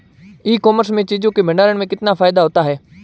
ई commerce में चीज़ों के भंडारण में कितना फायदा होता है?